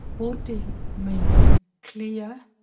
ah uti means clear,